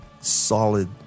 solid